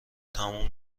تموم